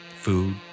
food